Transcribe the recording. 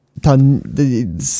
Done